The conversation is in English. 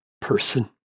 person